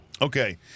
Okay